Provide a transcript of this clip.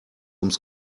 ums